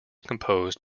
composed